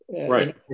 Right